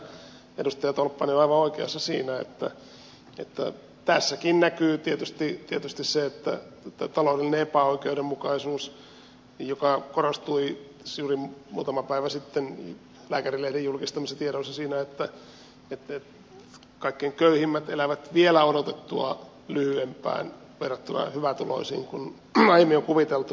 sinänsä edustaja tolppanen on aivan oikeassa siinä että tässäkin näkyy tietysti se taloudellinen epäoikeudenmukaisuus joka korostui tässä juuri muutama päivä sitten lääkärilehden julkistamissa tiedoissa siitä että kaikkein köyhimmät elävät vielä odotettua lyhyempään verrattuna hyvätuloisiin kuin aiemmin on kuviteltu